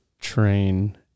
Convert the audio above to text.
train